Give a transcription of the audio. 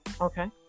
okay